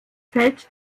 fällt